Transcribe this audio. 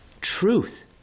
truth